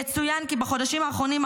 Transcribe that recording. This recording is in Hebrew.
יצוין כי בחודשים האחרונים,